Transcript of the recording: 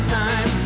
time